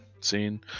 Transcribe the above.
seen